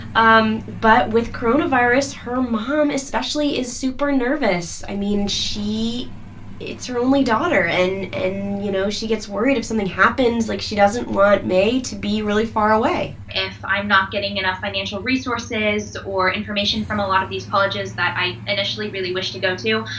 um but with coronavirus, her mom especially is super nervous. i mean, she it's her only daughter, and, and you know, she gets worried. if something happens, like, she doesn't want mei to be really far away if i'm not getting enough financial resources or information from a lot of these colleges that i initially really wished to go to,